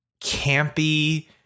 campy